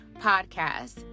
Podcast